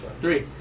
Three